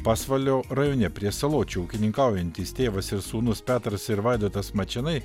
pasvalio rajone prie saločių ūkininkaujantys tėvas ir sūnūs petras ir vaidotas mačėnai